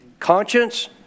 Conscience